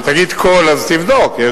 תגיד "כל" אז תבדוק.